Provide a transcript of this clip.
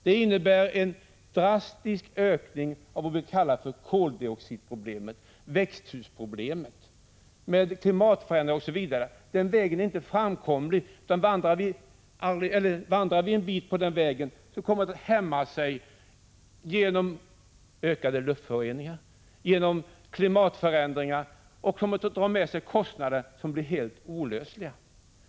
Det innebär en drastisk ökning av vad vi kallar för koldioxidproblemet, växthusproblemet, med klimatförändringar osv. Den vägen är egentligen inte framkomlig. Vandrar vi en bit på denna väg kommer vi att drabbas genom ökade luftföroreningar och genom klimatförändringar, vilket kommer att dra med sig helt oacceptabla kostnader.